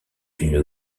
une